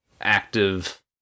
active